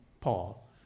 Paul